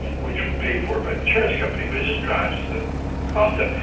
which was paid for by the insurance company, but it just drives the cost up.